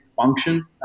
function